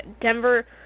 Denver